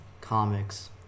comics